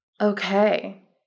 Okay